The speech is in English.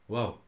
Wow